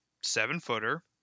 seven-footer